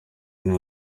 nta